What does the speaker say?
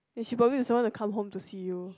and she probably with someone to come home to see you